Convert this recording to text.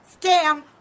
Scam